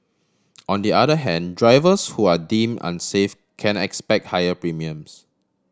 on the other hand drivers who are deem unsafe can expect higher premiums